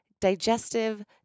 digestive